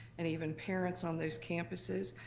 and even parents on those campuses.